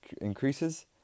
increases